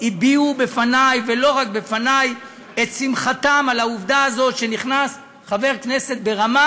הביעו בפני ולא בפני את שמחתם על העובדה הזאת שנכנס חבר כנסת ברמה,